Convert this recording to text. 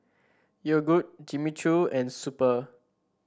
Yogood Jimmy Choo and Super